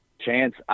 chance